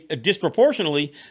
disproportionately